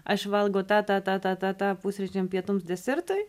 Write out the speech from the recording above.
aš valgau tą tą tą tą tą tą pusryčiam pietums desertui